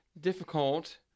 difficult